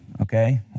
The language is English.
Okay